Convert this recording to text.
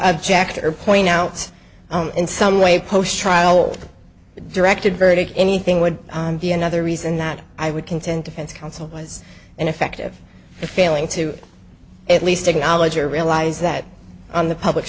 object or point out in some way post trial directed verdict anything would be another reason that i would contend defense counsel was ineffective at failing to at least acknowledge or realize that on the public